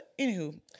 Anywho